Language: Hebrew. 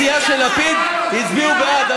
הסיעה של לפיד הצביעו בעד,